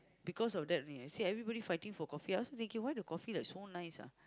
because of that only I see everybody fighting for coffee I also thinking why the coffee like so nice ah